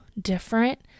different